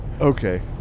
Okay